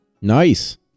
Nice